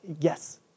Yes